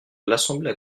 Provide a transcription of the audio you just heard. l’assemblée